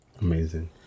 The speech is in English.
Amazing